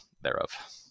thereof